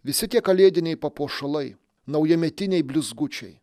visi tie kalėdiniai papuošalai naujametiniai blizgučiai